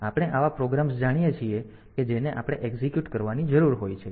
તેથી આપણે એવા પ્રોગ્રામ્સ જાણીએ છીએ કે જેને આપણે એક્ઝીક્યુટ કરવાની જરૂર હોય છે